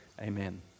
Amen